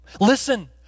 Listen